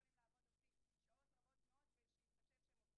יכולים לעבוד עובדים שעות רבות מאוד ושייחשב שהם עבדו